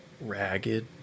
ragged